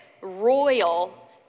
royal